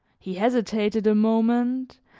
he hesitated a moment,